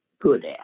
good